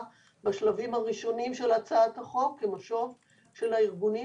בשלבים הראשונים של הצעת החוק כמשוב של הארגונים,